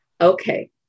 Okay